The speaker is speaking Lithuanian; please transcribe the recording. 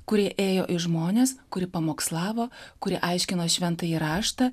kuri ėjo į žmones kuri pamokslavo kuri aiškino šventąjį raštą